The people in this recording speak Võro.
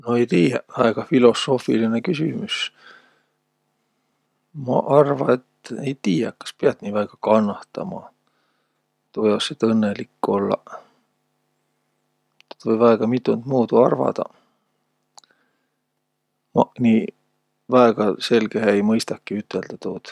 No ei tiiäq, väega filosoofililõ küsümüs. Maq arva, et ei tiiäq, kas piät nii väega kannahtama tuu jaos, et õnnõlik ollaq. Tuud või väega mitund muudu arvadaq. Maq nii väega selgehe ei mõistaki üteldäq tuud.